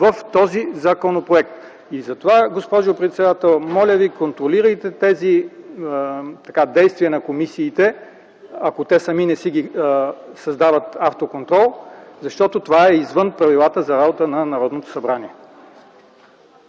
в този законопроект. Госпожо председател, моля Ви: контролирайте тези действия на комисиите, ако те сами не си създават автоконтрол, защото това е извън правилата за работа на Народното събрание!